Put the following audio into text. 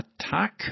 attack